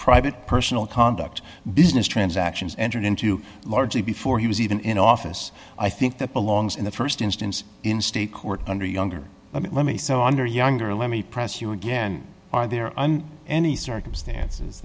private personal conduct business transactions entered into largely before he was even in office i think that belongs in the st instance in state court under younger i mean let me so under younger let me press you again are there any circumstances